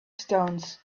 stones